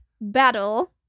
battle